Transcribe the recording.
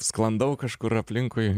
sklandau kažkur aplinkui